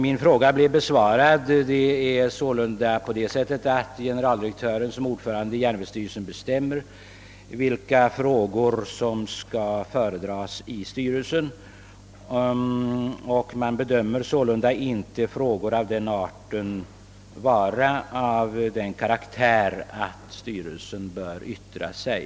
Min fråga blev av herr Turesson besvarad med att generaldirektören som ordförande i järnvägsstyrelsen bestämmer vilka ärenden som skall föredras i styrelsen. Man bedömer alltså inte frågor av den art som upptagits i motionerna vara sådana att styrelsen bör yttra sig.